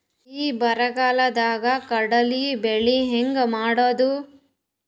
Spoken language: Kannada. ಈ ಬರಗಾಲದಾಗ ಕಡಲಿ ಬೆಳಿ ಹೆಂಗ ಮಾಡೊದು?